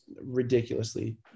Ridiculously